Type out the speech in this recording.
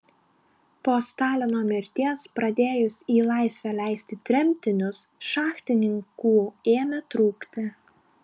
po stalino mirties pradėjus į laisvę leisti tremtinius šachtininkų ėmė trūkti